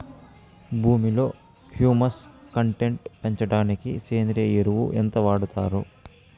భూమిలో humus content పెంచడానికి సేంద్రియ ఎరువు ఎంత వాడుతారు